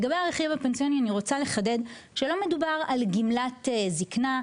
לגבי הרכיב הפנסיוני אני רוצה לחדד שלא מדובר על גמלת זקנה.